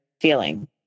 feeling